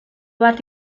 bat